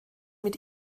mit